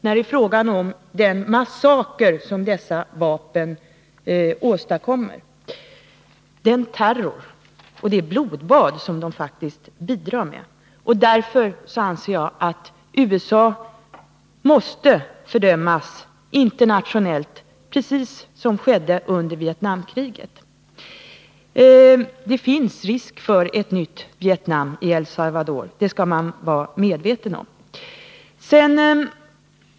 Vad det är fråga om är ju den massaker som dessa vapen åstadkommer och den terror och de blodbad som de faktiskt bidrar till. Därför anser jag att USA måste fördömas internationellt precis såsom skedde under Vietnamkriget. Det finns risk för ett nytt Vietnam i El Salvador — det skall man vara medveten om.